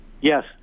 yes